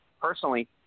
personally